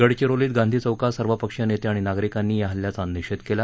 गडचिरोलीत गांधी चौकात सर्वपक्षीय नेते आणि नागरिकांनी या हल्ल्याचा निषेध केला